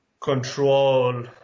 control